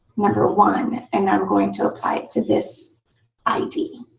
number one, and i'm going to apply it to this id.